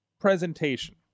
presentation